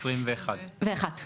למעשה,